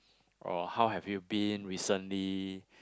oh how have you been recently